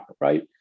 right